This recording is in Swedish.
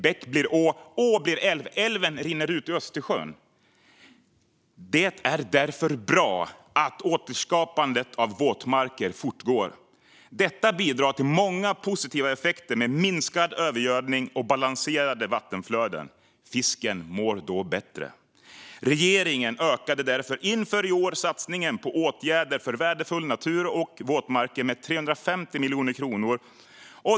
Bäck blir å, å blir älv och älven rinner ut i Östersjön. Det är därför bra att återskapandet av våtmarker fortgår. Detta bidrar till många positiva effekter och till minskad övergödning och balanserade vattenflöden. Fisken mår då bättre. Regeringen ökade därför inför i år satsningen på åtgärder för värdefull natur och våtmarker med 350 miljoner kronor.